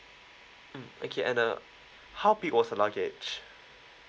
mm okay and uh how big was the luggage